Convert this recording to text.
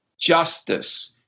justice